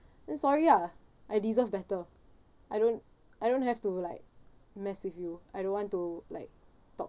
then sorry ah I deserve better I don't I don't have to like mess with you I don't want to like talk